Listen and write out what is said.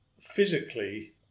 physically